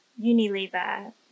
Unilever